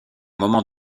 moment